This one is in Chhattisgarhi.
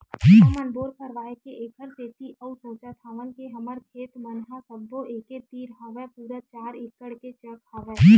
हमन बोर करवाय के ऐखर सेती अउ सोचत हवन के हमर खेत मन ह सब्बो एके तीर हवय पूरा चार एकड़ के चक हवय